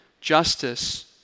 Justice